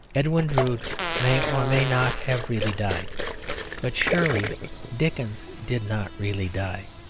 edwin drood may or may not have really died but surely dickens did not really die.